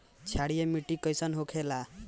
क्षारीय मिट्टी कइसन होखेला?